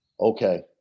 okay